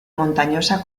montañosa